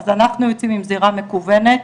אז אנחנו יוצאים עם זירה מקוונת,